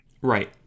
Right